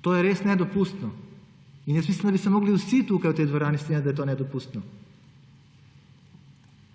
To je res nedopustno. Mislim, da bi se morali vsi tukaj v tej dvorani strinjati, da je to nedopustno.